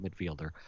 midfielder